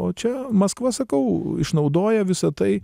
o čia maskva sakau išnaudoja visą tai